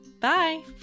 Bye